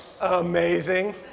amazing